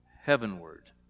heavenward